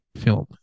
film